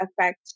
affect